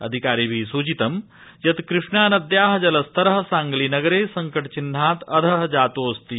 अधिकारिभि सूचितं यत् कृष्णानद्या जलस्तर सांगली नगरे संक चिन्हात् अध जातोऽस्ति